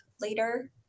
later